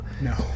No